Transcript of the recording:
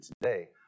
today